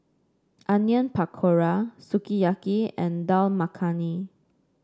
Onion Pakora Sukiyaki and Dal Makhani